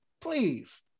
Please